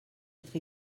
être